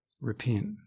repent